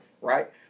Right